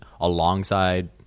alongside